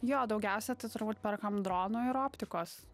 jo daugiausia tai turbūt perkam dronų ir optikos